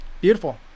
Beautiful